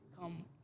come